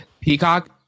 Peacock